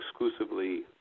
exclusively